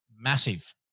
massive